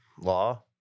law